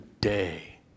day